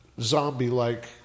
zombie-like